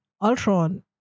Ultron